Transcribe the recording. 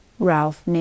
Ralph